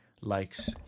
likes